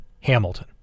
Hamilton